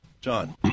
John